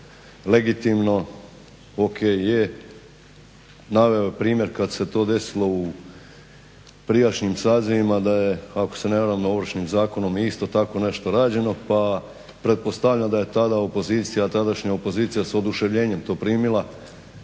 legitimno, ok, je, naveo je primjer kad se to desilo u prijašnjim sazivima da je ako se ne varam Ovršim zakonom isto tako nešto rađeno pa pretpostavljam da je tada opozicija, tadašnja opozicija s oduševljenjem to primila